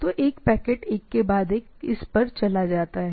तो एक पैकेट एक के बाद एक इस पर चला जाता है